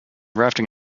rafting